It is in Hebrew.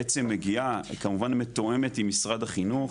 כמובן מתואמת עם משרד החינוך,